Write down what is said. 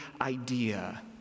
idea